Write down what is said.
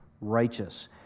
righteous